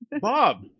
Bob